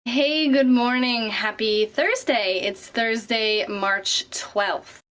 hey, good morning, happy thursday. it's thursday, march twelfth.